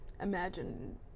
imagine